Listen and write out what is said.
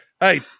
Hey